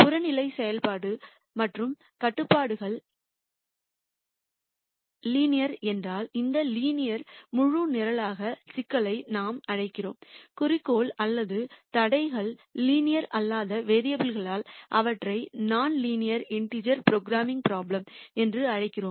புறநிலை செயல்பாடு மற்றும் கட்டுப்பாடுகள் லீனியர் என்றால் இந்த லீனியர் முழு நிரலாக்க சிக்கலை நாம் அழைக்கிறோம் குறிக்கோள் அல்லது தடைகள் லீனியர் அல்லாததாக வேரியபுல் னால் அவற்றை நான் லீனியர் இன்டிஜேர் ப்ரோக்ராமிங் ப்ரோப்லேம் என்று அழைக்கிறோம்